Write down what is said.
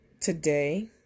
Today